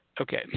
Okay